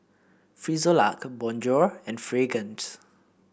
Frisolac Bonjour and Fragrance